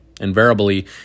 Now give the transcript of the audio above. Invariably